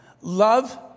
love